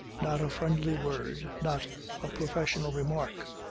not a friendly word, not a professional remark,